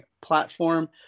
platform